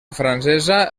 francesa